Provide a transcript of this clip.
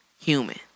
human